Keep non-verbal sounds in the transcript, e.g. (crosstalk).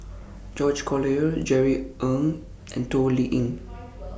George Collyer Jerry Ng and Toh Liying (noise)